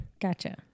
Gotcha